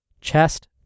chest